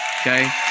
Okay